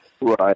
right